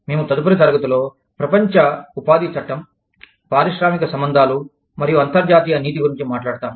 మేము తదుపరి తరగతిలో ప్రపంచ ఉపాధి చట్టం పారిశ్రామిక సంబంధాలు మరియు అంతర్జాతీయ నీతి గురించి మాట్లాడతాము